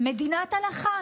"מדינת הלכה".